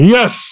Yes